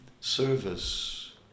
service